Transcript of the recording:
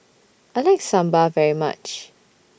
I like Sambar very much